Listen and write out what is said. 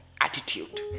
attitude